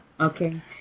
Okay